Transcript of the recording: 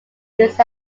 used